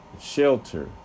Shelter